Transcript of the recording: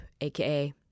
aka